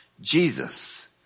Jesus